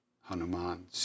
Hanuman